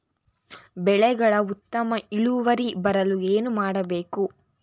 ಬೆಳೆಗಳ ಉತ್ತಮ ಇಳುವರಿ ಬರಲು ಏನು ಮಾಡಬೇಕು?